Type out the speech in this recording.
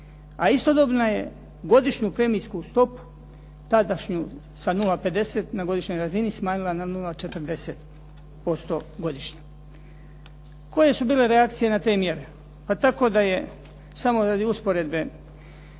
A istodobno je godišnju premijsku stopu tadašnju sa 0,50 na godišnjoj razini smanjila na 0,40% godišnje. Koje su bile reakcije na te mjere? Pa tako da je samo radi usporedbe